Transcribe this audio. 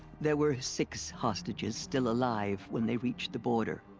there were. six hostages still alive when they reached the border.